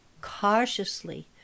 cautiously